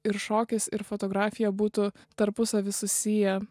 ir šokis ir fotografija būtų tarpusavy susiję